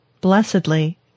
Blessedly